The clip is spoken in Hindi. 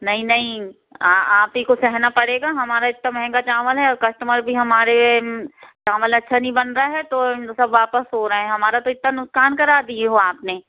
नहीं नहीं आ आप ही को सेहना पड़ेगा हमारा इतना महंगा चावल है और कस्टमर भी हमारे चावल अच्छा नहीं बन रहा है तो इन सब वापस हो रहे हैं हमारा तो इतना नुक़सान करा दिए हो आपने